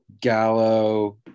Gallo